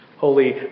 holy